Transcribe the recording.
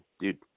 dude